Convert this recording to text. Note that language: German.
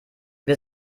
wir